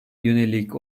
yönelik